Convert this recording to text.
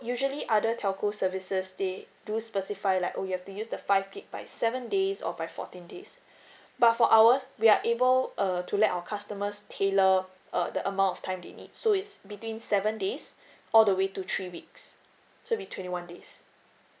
usually other telco services they do specify like oh you have to use the five G_B by seven days or by fourteen days but for ours we are able uh to let our customers tailor err the amount of time they need so it's between seven days all the way to three weeks to be twenty one days